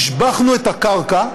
השבחנו את הקרקע,